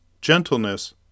gentleness